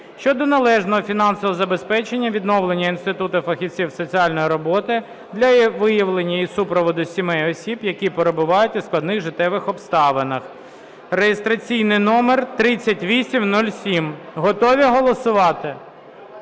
щодо належного фінансового забезпечення відновлення інституту фахівців із соціальної роботи для виявлення і супроводу сімей (осіб), які перебувають у складних життєвих обставинах (реєстраційний номер 3807). Готові голосувати?